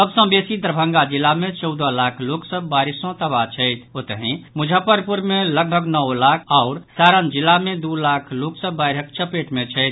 सभ सँ बेसी दरभंगा जिला मे चौदह लाख लोक सभ बाढ़ि सँ तबाह छथि ओतहि मुजफ्फरपुर मे लगभग नओ लाख आओर सारण जिला मे द् लाख लोक सभ बाढ़िक चपेट मे छथि